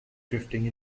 drifting